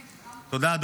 תודה.